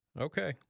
Okay